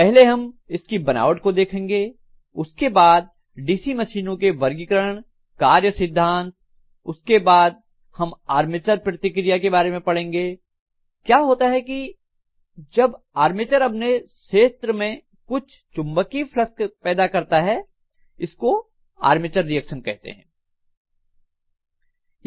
पहले हम इसकी बनावट को देखेंगे उसके बाद डीसी मशीनों के वर्गीकरण कार्य सिद्धांत उसके बाद हम आर्मेचर प्रतिक्रिया के बारे में पढ़ेंगे क्या होता है कि जब आर्मेचर अपने क्षेत्र में कुछ चुंबकीय फ्लक्स पैदा करता है इसको आर्मेचर रिएक्शन कहते हैं